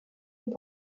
est